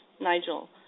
Nigel